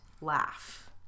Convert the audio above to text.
laugh